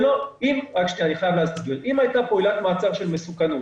אני חייב להסביר: אם הייתה פה עילת מעצר של מסוכנות,